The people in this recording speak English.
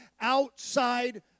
outside